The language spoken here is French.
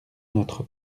notre